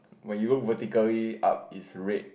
when you look vertically up it's red